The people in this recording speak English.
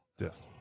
Yes